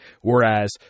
whereas